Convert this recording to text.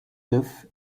live